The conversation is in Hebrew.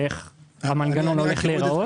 איך המנגנון הולך להיראות.